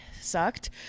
sucked